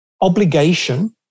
obligation